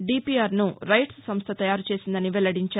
డీపీఆర్ను రైట్స్ సంస్ద తయారు చేసిందని వెల్లడించారు